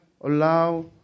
allow